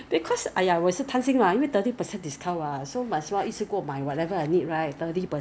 no I I I have my I am existing member for like many many years ago